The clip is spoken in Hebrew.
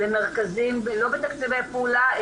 לא בתקציבי פעולה,